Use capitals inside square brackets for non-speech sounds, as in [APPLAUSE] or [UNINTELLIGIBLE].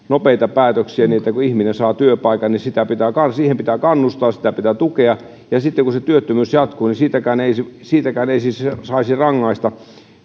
[UNINTELLIGIBLE] nopeita päätöksiä niin että kun ihminen saa työpaikan siihen pitää kannustaa sitä pitää tukea ja sitten kun työttömyys jatkuu niin siitäkään ei siis saisi rangaista